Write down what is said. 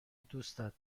دوستت